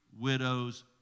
widows